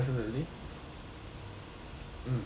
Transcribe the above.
mm sure